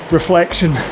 reflection